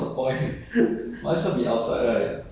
ya